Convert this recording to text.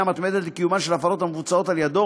מתמדת לקיומן של הפרות המבוצעות על ידו